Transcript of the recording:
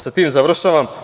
Sa tim završavam.